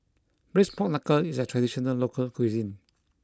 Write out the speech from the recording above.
Braised Pork Knuckle is a traditional local cuisine